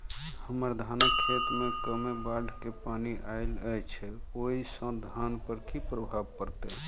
हम्मर धानक खेत मे कमे बाढ़ केँ पानि आइल अछि, ओय सँ धान पर की प्रभाव पड़तै?